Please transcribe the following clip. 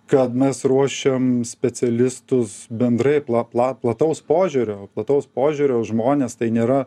kad mes ruošiam specialistus bendrai plapla plataus požiūrio plataus požiūrio žmones tai nėra